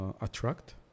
attract